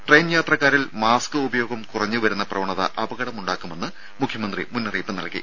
train യാത്രക്കാരിൽ mask ഉപയോഗം കുറഞ്ഞു വരുന്ന പ്രവണത അപകടമുണ്ടാക്കുമെന്ന് മുഖ്യമന്ത്രി മുന്നറിയിപ്പ് നൽകി